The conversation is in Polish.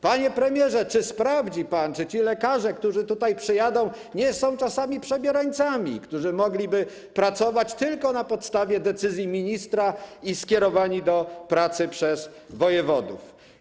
Panie premierze, czy sprawdzi pan, czy ci lekarze, którzy tutaj przyjadą, nie są czasami przebierańcami, którzy mogą pracować tylko na podstawie decyzji ministra i być skierowani do pracy tylko przez wojewodów?